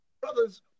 Brothers